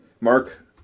Mark